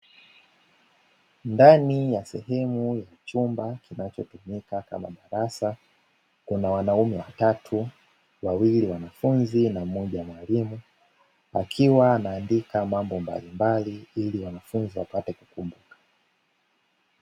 Ndani ya sehemu ya chumba kinachotumika kama darasa kuna wanaume watatu wawili wanafunzi na mmoja mwalimu, akiwa anaandika mambo mbalimbali ili wanafunzi wapate kukumbuka.